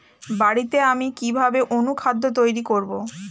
বাড়িতে আমি কিভাবে অনুখাদ্য তৈরি করব?